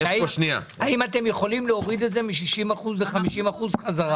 האם אתם יכולים להוריד את זה מ-60% ל-50% חזרה.